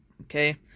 Okay